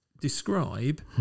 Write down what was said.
describe